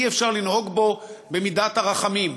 אי-אפשר לנהוג בו במידת הרחמים.